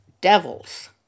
devils